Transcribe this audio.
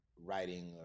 writing